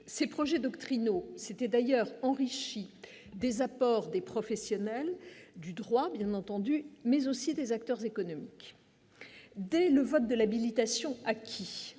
ces projets doctrinaux, c'était d'ailleurs enrichi des apports des professionnels du droit, il m'mais aussi des acteurs économiques dès le vote de l'habilitation acquis